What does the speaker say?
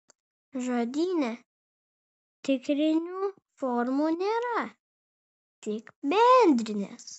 žodyne tikrinių formų nėra tik bendrinės